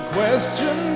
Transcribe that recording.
Question